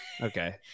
Okay